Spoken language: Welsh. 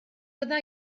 bydda